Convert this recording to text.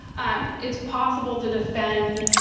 um it's possible to defend,